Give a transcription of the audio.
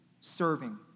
serving